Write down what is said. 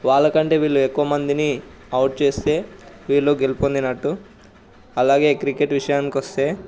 వాళ్లకంటే వీళ్ళు ఎక్కువ మందిని అవుట్ చేస్తే వీళ్ళు గెలుపొందినట్టు అలాగే క్రికెట్ విషయానికి వస్తే